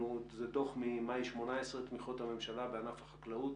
זה דוח ממאי 2018: תמיכות הממשלה בענף החקלאות